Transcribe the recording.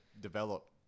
develop